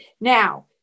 Now